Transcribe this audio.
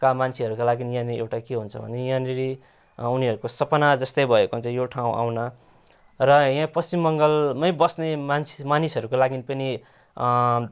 का मान्छेहरूका लागि यहाँनेरि एउटा के हुन्छ भने यहाँनेरि उनीहरूको सपना जस्तै भएको हुन्छ यो ठाउँ आउन र यहाँ पश्चिम बङ्गालमै बस्ने मान्छे मानिसहरूको लागि पनि